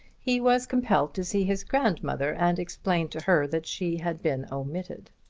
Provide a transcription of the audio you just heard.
he was compelled to see his grandmother and explain to her that she had been omitted.